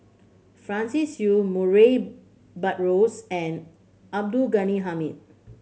Francis Seow Murray Buttrose and Abdul Ghani Hamid